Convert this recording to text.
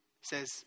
says